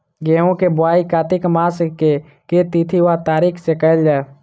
गेंहूँ केँ बोवाई कातिक मास केँ के तिथि वा तारीक सँ कैल जाए?